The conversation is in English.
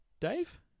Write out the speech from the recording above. dave